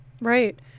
right